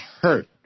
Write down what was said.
hurt